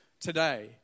today